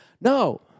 No